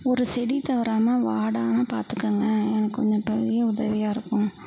ஒரு செடி தவறாமல் வாடாமல் பார்த்துக்கங்க எனக்கு கொஞ்சோம் பெரிய உதவியாக இருக்கும்